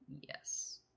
yes